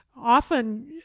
Often